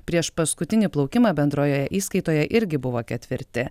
prieš paskutinį plaukimą bendroje įskaitoje irgi buvo ketvirti